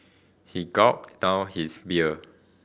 he gulped down his beer